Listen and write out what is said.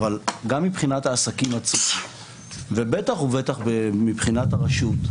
אבל גם מבחינת העסקים עצמם ובטח ובטח מבחינת הרשות,